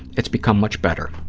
it's become much better.